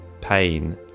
pain